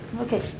okay